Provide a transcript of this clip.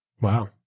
Wow